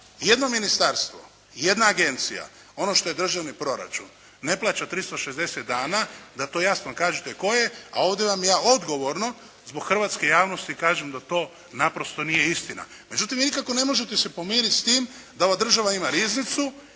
jedno ministarstvo, jedna agencija ono što je državni proračun ne plaća 360 dana da to jasno kažete koje, a ovdje vam ja odgovorno zbog hrvatske javnosti kažem da to naprosto nije istina. Međutim, vi nikako ne možete se pomiriti s time da ova država ima riznicu